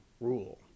rule